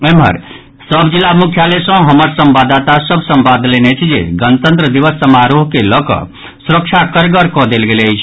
एम्हर सभ जिला मुख्यालय सँ हमर संवाददाता सभ संवाद देलनि अछि जे गणतंत्र दिवस समारोह के लऽ कऽ सुरक्षा करगड़ कऽ देल गेल अछि